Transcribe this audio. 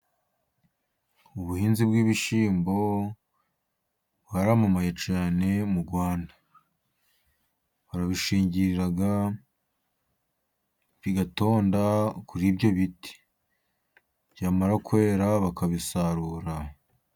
Ubuhinzi bw'ibishyimbo bwaramamaye cyane mu Rwanda, barabishingirira bigatonda kuri ibyo biti, byamara kwera bakabisarura.